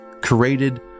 created